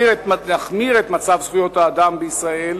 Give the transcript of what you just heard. נחמיר את מצב זכויות האדם בישראל,